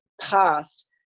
past